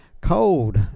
cold